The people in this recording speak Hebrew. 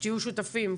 שתהיו שותפים,